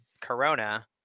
Corona